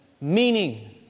meaning